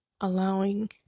allowing